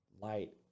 light